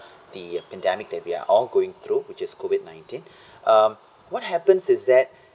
the epidemic that we are all going through which is COVID nineteen um what happens is that